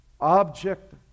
Object